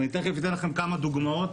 ואני תכף אתן לכם כמה דוגמאות